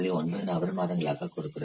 9 நபர் மாதங்களாக கொடுக்கிறது